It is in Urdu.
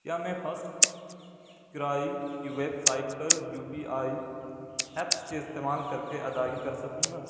کیا میں فرسٹ کرائی کی ویب سائٹ پر یو پی آئی ایپس کے استعمال کر کے ادائیگی کر سکوں گا